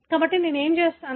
కాబట్టి నేను ఏమి చేస్తాను